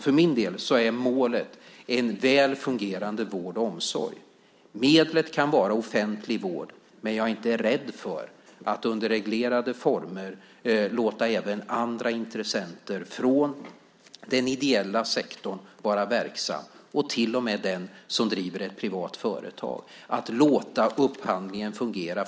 För min del är målet en väl fungerande vård och omsorg. Medlet kan vara offentlig vård, men jag är inte rädd för att under reglerade former låta även andra intressenter från den ideella sektorn, och till och med den som driver ett privat företag, vara verksam och låta upphandlingen fungera.